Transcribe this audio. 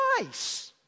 twice